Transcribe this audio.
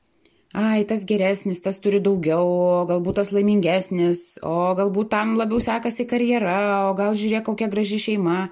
ai tas geresnis tas turi daugiau o galbūt tas laimingesnis o galbūt tam labiau sekasi karjera o gal žiūrėk kokia graži šeima